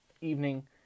evening